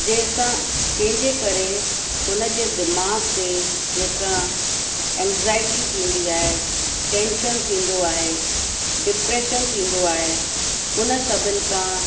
जंहिं सां जंहिंजे करे हुनजे दिमाग़ ते जेका एंज़ाएटी थींदी आहे टैंशन थींदो आहे डिप्रेशन थींदो आहे हुन सभिनी खां